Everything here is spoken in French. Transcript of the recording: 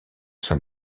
sein